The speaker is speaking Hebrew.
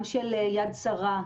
גם של "יד שרה",